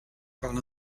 parle